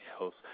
else